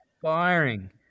firing